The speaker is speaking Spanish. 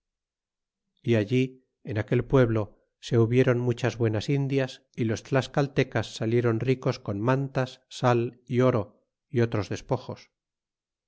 y allí en aquel pueblo se hubieron muy buenas indias y los tlascaltecas salieron ricos con mantas sal y oro y otros despojos